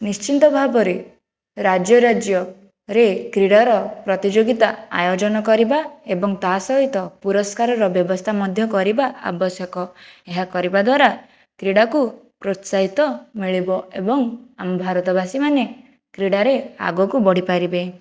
ନିଶ୍ଚିନ୍ତ ଭାବରେ ରାଜ୍ୟ ରାଜ୍ୟରେ କ୍ରୀଡ଼ାର ପ୍ରତିଯୋଗିତା ଆୟୋଜନ କରିବା ଏବଂ ତାସହିତ ପୁରସ୍କାରର ବ୍ୟବସ୍ଥା ମଧ୍ୟ କରିବା ଆବଶ୍ୟକ ଏହା କରିବା ଦ୍ଵାରା କ୍ରୀଡ଼ାକୁ ପ୍ରୋତ୍ସାହିତ ମିଳିବ ଏବଂ ଆମ ଭାରତ ବାସୀମାନେ କ୍ରୀଡ଼ାରେ ଆଗକୁ ବଢ଼ିପାରିବେ